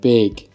Big